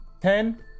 Ten